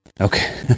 Okay